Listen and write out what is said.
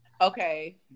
Okay